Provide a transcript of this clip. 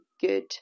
good